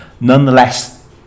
Nonetheless